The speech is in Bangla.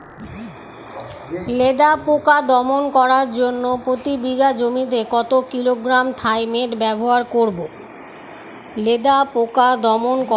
লেদা পোকা দমন করার জন্য প্রতি বিঘা জমিতে কত কিলোগ্রাম থাইমেট ব্যবহার করব?